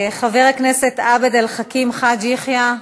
חבר הכנסת עבד אל חכים חאג' יחיא.